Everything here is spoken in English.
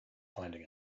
finding